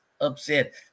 upset